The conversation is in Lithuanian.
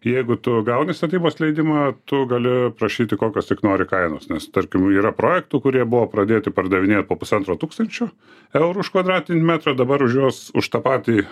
jeigu tu gauni statybos leidimą tu gali prašyti kokios tik nori kainos nes tarkim yra projektų kurie buvo pradėti pardavinėt po pusantro tūkstančio eurų už kvadratinį metrą dabar už juos už tą patį